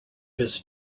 his